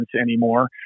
anymore